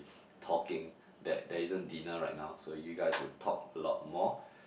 talking that there isn't dinner right now so you guys will talk a lot more